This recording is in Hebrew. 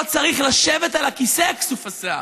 פה צריך לשבת על הכיסא, כסוף השיער,